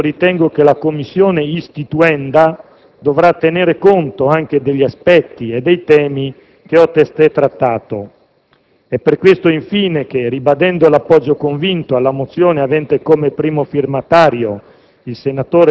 Per questo ritengo che la Commissione istituenda dovrà tenere conto anche degli aspetti e dei temi che ho testé trattato. È per questo infine che, ribadendo l'appoggio convinto alla mozione avente come primo firmatario